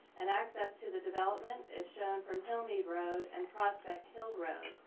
and access to the development is shown from hillmead road and prospect hill road.